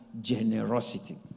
generosity